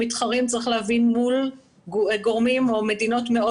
צריך להבין שאנחנו מתחרים מול גורמים או מדינות מאוד